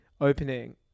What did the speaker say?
opening